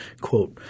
quote